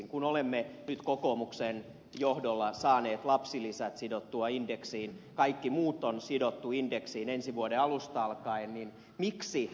kun olemme nyt kokoomuksen johdolla saaneet lapsilisät sidottua indeksiin kaikki muut on sidottu indeksiin ensi vuoden alusta alkaen niin miksi jättäisimme ed